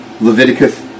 Leviticus